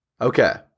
Okay